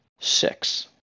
six